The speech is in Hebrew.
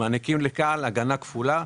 מעניקים ל-כאל הגנה כפולה,